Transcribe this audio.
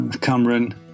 Cameron